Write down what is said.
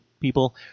people